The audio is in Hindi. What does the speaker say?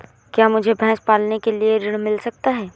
क्या मुझे भैंस पालने के लिए ऋण मिल सकता है?